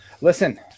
listen